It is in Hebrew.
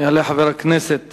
יעלה חבר הכנסת